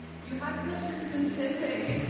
you had such a specific.